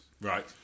Right